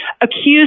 accused